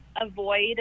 avoid